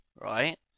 right